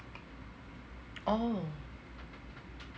oh